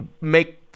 make